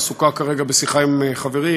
שעסוקה כרגע בשיחה עם חברים,